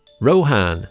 Rohan